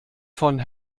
von